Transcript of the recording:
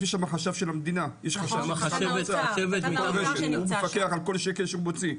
יש שם חשב של המדינה הוא מפקח על כל שקל שהוא מוציא,